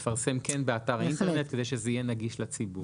לפרסם באתר האינטרנט ושזה יהיה נגיש לציבור.